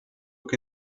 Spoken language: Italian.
che